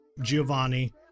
Giovanni